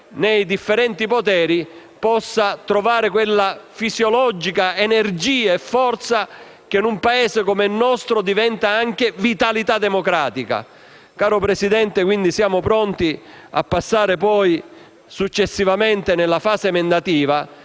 nei differenti poteri, possa trovare quella fisiologica energia e forza che in un Paese come il nostro diventa anche vitalità democratica. Signor Presidente, siamo quindi pronti a passare successivamente alla fase emendativa